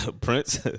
Prince